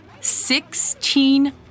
sixteen